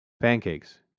Pancakes